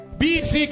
bc